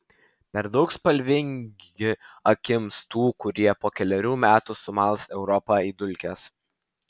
per daug spalvingi akims tų kurie po kelerių metų sumals europą į dulkes